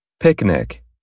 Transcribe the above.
picnic